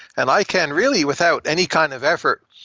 and i can, really without any kind of effort,